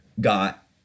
got